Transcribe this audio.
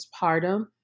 postpartum